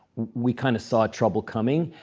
we kind of saw trouble coming.